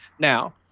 Now